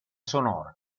sonora